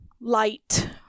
light